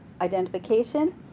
identification